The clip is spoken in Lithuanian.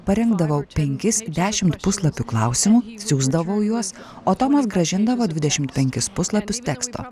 parengdavau penkis dešimt puslapių klausimų siųsdavau juos o tomas grąžindavo dvidešimt penkis puslapius teksto